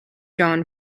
john